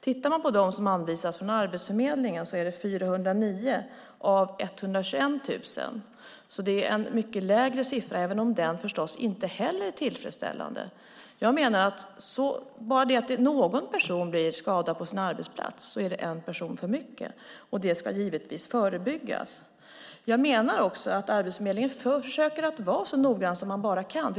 Tittar man på dem som anvisas från Arbetsförmedlingen ser man att det är 409 av 121 000 som skadas. Det är alltså en mycket lägre siffra, även om inte heller den är tillfredsställande. Bara detta att någon person blir skadad på sin arbetsplats är en person för mycket. Det ska givetvis förebyggas. Jag menar att Arbetsförmedlingen försöker att vara så noggrann man bara kan.